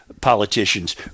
politicians